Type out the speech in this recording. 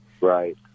Right